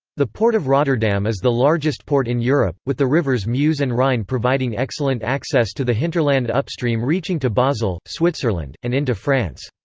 the port of rotterdam is the largest port in europe, with the rivers meuse and rhine providing excellent access to the hinterland upstream reaching to basel, switzerland, and into france.